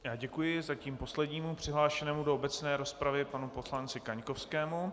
Já děkuji zatím poslednímu přihlášenému do obecné rozpravy panu poslanci Kaňkovskému.